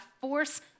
force